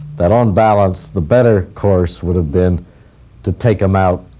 that, on balance, the better course would have been to take him out,